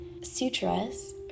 sutras